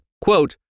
Quote